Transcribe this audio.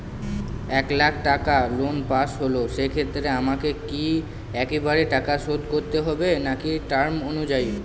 এক লাখ টাকা loan pass হল সেক্ষেত্রে আমাকে কি একবারে টাকা শোধ করতে হবে নাকি টার্ম অনুযায়ী?